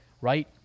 right